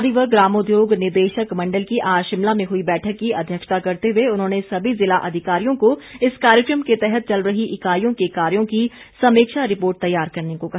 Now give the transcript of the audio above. खादी व ग्रामोद्योग निदेशक मंडल की आज शिमला में हुई बैठक की अध्यक्षता करते हुए उन्होंने सभी जिला अधिकारियों को इस कार्यक्रम के तहत चल रही इकाईयों को कार्यो की समीक्षा रिपोर्ट तैयार करने को कहा